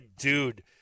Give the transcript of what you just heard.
dude